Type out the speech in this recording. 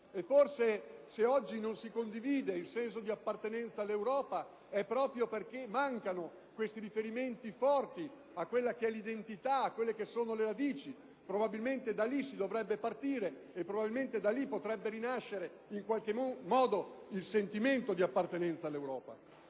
Forse, se oggi non si condivide il senso di appartenenza all'Europa, è proprio perché mancano questi riferimenti forti a quella che è l'identità e a quelle che sono le radici. Probabilmente, da lì si dovrebbe partire e probabilmente da lì potrebbe rinascere, in qualche modo, il sentimento di appartenenza all'Europa.